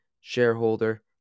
shareholder